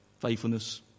faithfulness